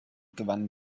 gewannen